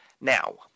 Now